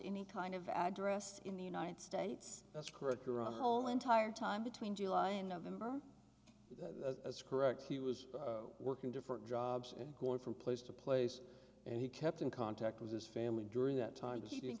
any kind of address in the united states that's correct your whole entire time between july in november as correct he was working different jobs and going from place to place and he kept in contact with his family during that time that he didn't